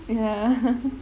ya